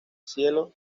cielo